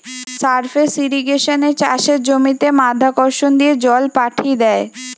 surface ইর্রিগেশনে চাষের জমিতে মাধ্যাকর্ষণ দিয়ে জল পাঠি দ্যায়